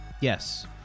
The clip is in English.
Yes